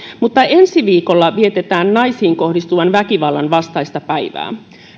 mutta ensi viikolla vietetään naisiin kohdistuvan väkivallan vastaista päivää